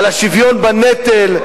את השוויון בנטל,